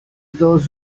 those